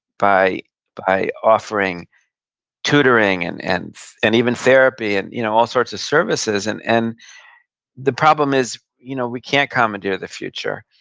by by offering tutoring, and and and even therapy, and you know all sorts of services. and and the problem is, you know we can't commandeer the future,